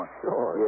sure